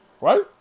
Right